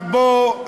עכשיו בואו,